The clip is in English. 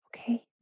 okay